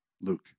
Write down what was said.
Luke